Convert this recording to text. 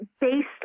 based